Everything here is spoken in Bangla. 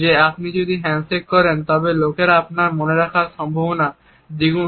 যে আপনি যদি হ্যান্ডশেক করেন তবে লোকেরা আপনাকে মনে রাখার সম্ভাবনা দ্বিগুণ